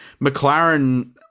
McLaren